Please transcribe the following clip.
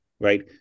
Right